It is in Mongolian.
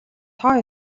тоо